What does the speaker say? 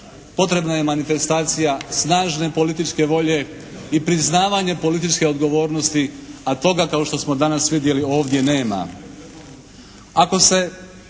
potrebna je manifestacija snažne političke volje i priznavanje političke odgovornosti a toga kao što smo danas vidjeli ovdje nema.